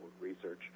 Research